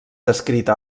descrita